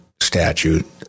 statute